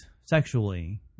sexually